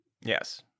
Yes